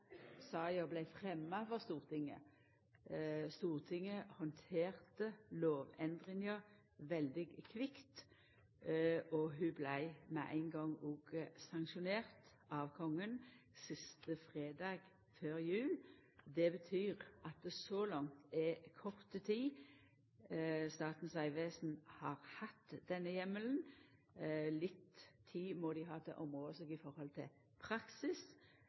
for Stortinget. Stortinget handterte lovendringa veldig kvikt, og ho vart med ein gong òg sanksjonert av Kongen, siste fredag før jul. Det betyr så langt at Statens vegvesen har hatt denne heimelen i kort tid. Litt tid må dei ha til å områ seg med omsyn til praksis.